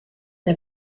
der